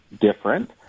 different